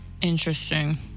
interesting